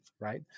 right